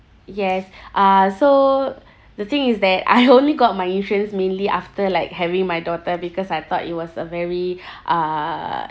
yes uh so the thing is that I only got my insurance mainly after like having my daughter because I thought it was a very uh